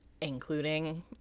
Including